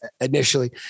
initially